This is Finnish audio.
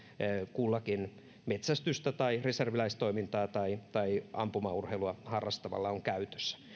kullakin metsästystä tai reserviläistoimintaa tai tai ampumaurheilua harrastavalla on käytössä